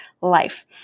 life